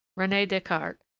rene descartes,